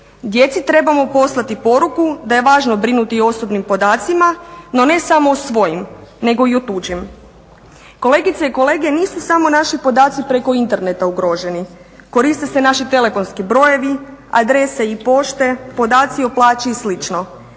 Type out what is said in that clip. Djeci trebamo poslati poruku da je važno brinuti o osobnim podacima, no ne samo o svojim nego i o tuđim. Kolegice i kolege nisu samo naši podaci preko Interneta ugroženi, koriste se naši telefonski brojevi, adrese i pošte, podaci o plaći i